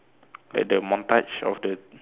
like the montage of the